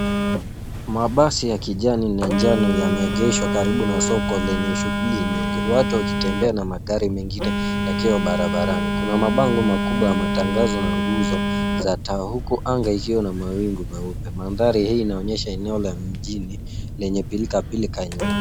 Mabasi ya kijani na njano yameegeshwa karibu na soko lenye shughuli nyingi. Watu wakitembea na magari mengine yakiwa barabarani. Kuna mabango makubwa ya matangazo na nguzo za taa huku anga ikiwa na mawingu meupe. Mandhari hii inaonyesha eneo la mjini lenye pilikapilika nyingi.